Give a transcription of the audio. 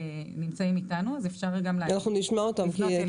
נמצאים איתנו אז אפשר לפנות אליהם.